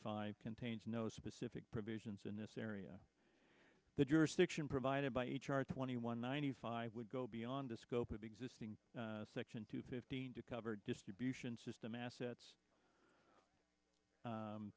five contains no specific provisions in this area the jurisdiction provided by h r twenty one ninety five would go beyond the scope of existing section two fifteen to cover distribution system assets